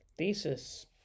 thesis